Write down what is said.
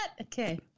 Okay